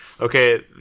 okay